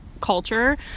culture